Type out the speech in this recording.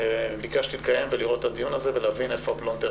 ביקשתי לקיים ולראות את הדיון הזה ולהבין איפה הפלונטר